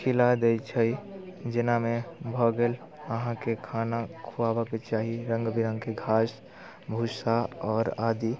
खिला दय छै जेनामे भऽ गेल अहाँकेँ खाना खुआबऽ के चाही रङ्ग विरङ्गके घास भूस्सा आओर आदि